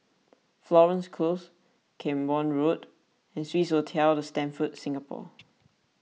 Florence Close Camborne Road and Swissotel the Stamford Singapore